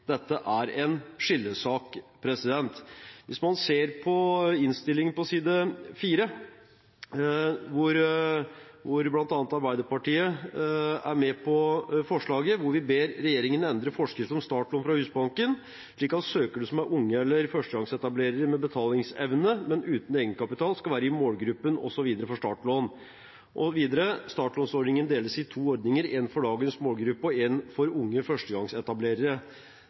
Dette er en skillesak. Hvis man ser på side 4 i innstillingen, er bl.a. Arbeiderpartiet med på forslaget der vi «ber regjeringen endre forskrift om startlån fra Husbanken, slik at søkere som er unge eller førstegangsetablerere med betalingsevne, men uten egenkapital, skal være i målgruppen for å motta startlån.» Og videre: «Startlånsordningen deles i to ordninger, én for dagens målgruppe og én for unge førstegangsetablerere.»